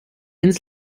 ins